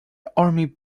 army